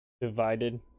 divided